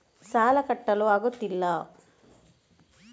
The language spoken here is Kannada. ಸಾಲ ಕಟ್ಟಲು ಆಗುತ್ತಿಲ್ಲ